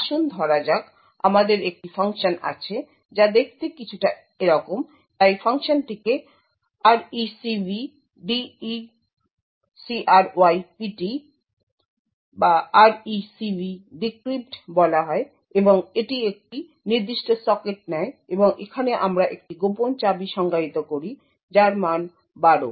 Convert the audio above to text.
আসুন ধরা যাক আমাদের একটি ফাংশন আছে যা দেখতে কিছুটা এরকম তাই ফাংশনটিকে RecvDecrypt বলা হয় এবং এটি একটি নির্দিষ্ট সকেট নেয় এবং এখানে আমরা একটি গোপন চাবি সংজ্ঞায়িত করি যার মান 12